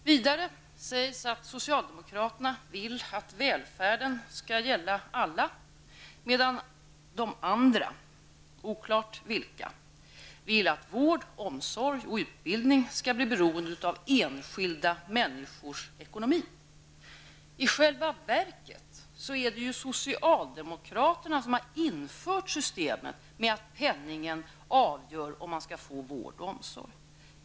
Vidare sägs det att socialdemokraterna vill att välfärden skall gälla alla, medan de andra -- oklart vilka -- vill att vård, omsorg och utbildning skall bli beroende av enskilda människors ekonomi. I själva verket är det ju socialdemokraterna som har infört systemet med att penningen avgör om man skall få vård och omsorg.